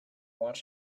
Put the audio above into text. watch